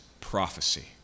prophecy